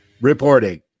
reporting